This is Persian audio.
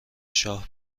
شاه